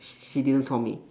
sh~ she didn't saw me